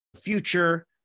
future